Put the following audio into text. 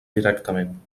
directament